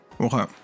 Okay